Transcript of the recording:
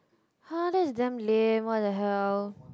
!huh! that's damn lame what the hell